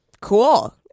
cool